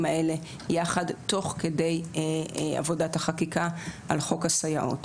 האלה יחד תוך כדי עבודת החקיקה על חוק הסייעות.